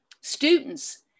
students